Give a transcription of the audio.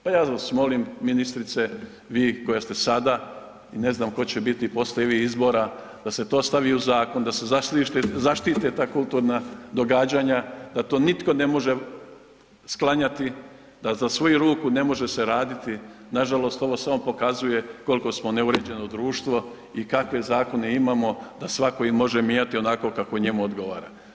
Pa ja vas molim ministrice, vi koja ste sada i ne znam tko će biti poslije vi izbora da se to stavi u zakon da se zaštite ta kulturna događanja, da to nitko ne može sklanjati da sa svojih ruku ne može se raditi, nažalost ovo samo pokazuje koliko smo neuređeno društvo i kakve zakone imamo da svako ih može mijenjati onako kako njemu odgovara.